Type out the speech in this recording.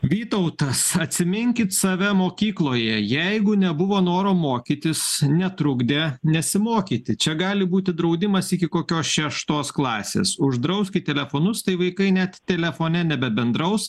vytautas atsiminkit save mokykloje jeigu nebuvo noro mokytis netrukdė nesimokyti čia gali būti draudimas iki kokios šeštos klasės uždrauskit telefonus tai vaikai net telefone nebebendraus